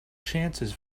chances